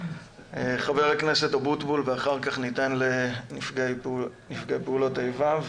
ח"כ אבוטבול ואחר כך ניתן לנפגעי פעולות האיבה.